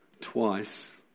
twice